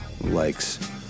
Likes